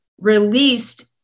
released